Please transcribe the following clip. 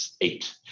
eight